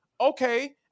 Okay